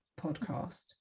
podcast